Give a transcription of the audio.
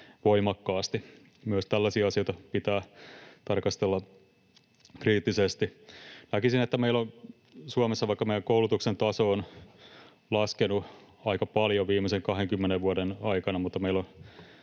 voimakkaasti? Myös tällaisia asioita pitää tarkastella kriittisesti. Näkisin, että vaikka meillä Suomessa koulutuksen taso on laskenut aika paljon viimeisen 20 vuoden aikana, niin meillä on